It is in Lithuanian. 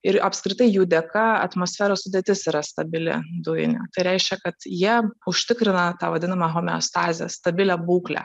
ir apskritai jų dėka atmosferos sudėtis yra stabili dujinė tai reiškia kad jie užtikrina tą vadinamą homeostazę stabilią būklę